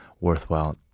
worthwhile